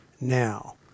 now